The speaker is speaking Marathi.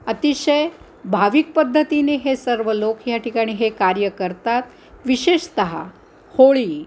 अतिशय भाविक पद्धतीने हे सर्व लोक ह्या ठिकाणी हे कार्य करतात विशेषतः होळी